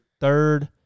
third